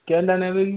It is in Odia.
କେନ୍ଟା ନେବେ କି